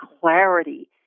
clarity